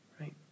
right